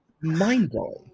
mind-blowing